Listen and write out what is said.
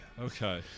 Okay